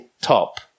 top